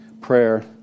prayer